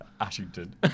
Ashington